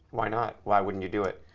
why not? why wouldn't you do it?